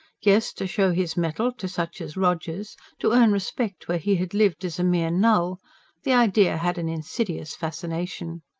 yes, to show his mettle to such as rogers to earn respect where he had lived as a mere null the idea had an insidious fascination.